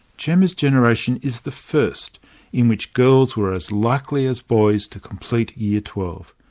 gemma's generation is the first in which girls were as likely as boys to complete year twelve.